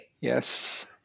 yes